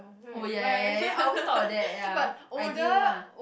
oh ya ya ya ya I always thought of that ya ideal lah